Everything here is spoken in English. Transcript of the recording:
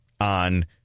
on